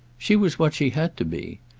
she was what she had to be.